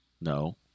No